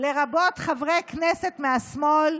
לרבות חברי כנסת מהשמאל,